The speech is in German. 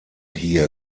hier